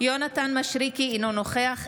יונתן מישרקי, אינו נוכח שוב,